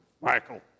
Michael